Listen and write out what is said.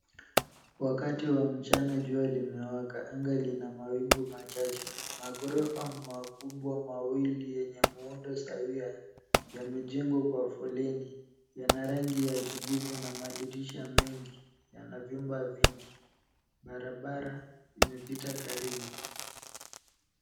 Wakati wa mchana, jua limewaka. Anga lina mawingu machache. Maghorofa makubwa mawili yenye muundo sawia yamejengwa kwa foleni . Yana rangi ya kijivu na madirisha mengi. Yana vyumba vingi. Barabara imepita karibu.